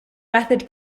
method